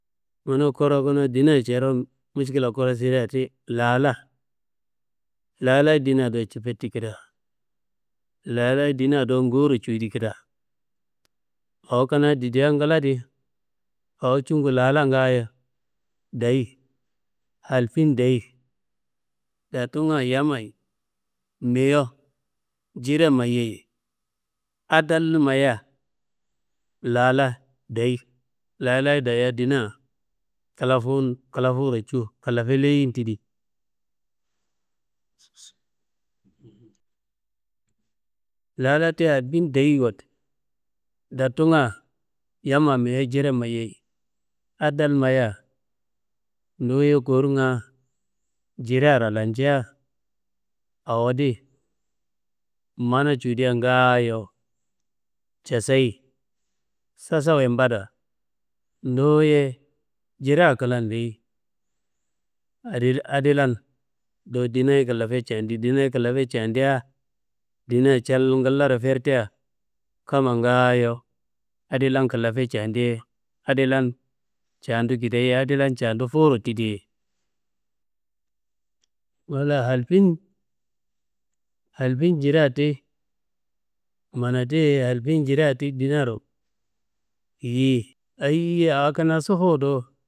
Mana kura kanaa ndina curon miškila kura sire ti lala, lalayi ndina dowo cifetti keda, lalayi ndina do ngawuro cuwudi keda. Awo kanaa didia ngla di, awo cungu lala ngaayo dayi. Hal fin dayi? Dattunga yammayi meyo jire mayiyei, adal maya lala dayi, lalayi dayiya ndina kla fuwuro cu klafe layin tidi. Lala ti halfin dayi wotte? Datunga yamma meyo jire mayiyei adal maya duwuye kornga jirearo lanja, awodi mana cuwudia ngaayo caseyi, sasowuye mbada, duwuye jiren klan leyi, adilan do ndinayi klafe candi, ndinayi klafe candia ndina cal nglaro fertea kamma ngaayo adilan klafe cediye, adilan candu kidaye adilan candu fuwuro tidiye. Ngla halfin jirea ti manatiye halfin jirea ti ndinaro yiyi, ayiye awo kanaa sobowu do.